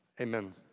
amen